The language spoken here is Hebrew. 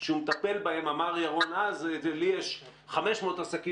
זה בהובלת משרד האוצר